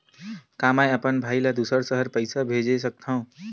का मैं अपन भाई ल दुसर शहर पईसा भेज सकथव?